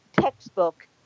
textbook